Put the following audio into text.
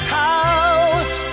house